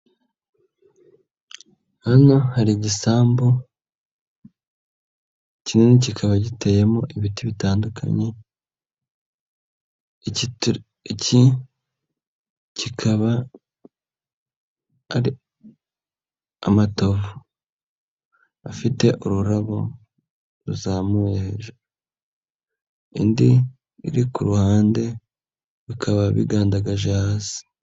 Hano hari igisambu kinini kikaba giteyemo ibiti bitandukanye, iki kikaba ari amatovu afite ururabo ruzamuye hejuru, indi iri ku ruhande bikaba bigandagaje hasi.